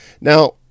Now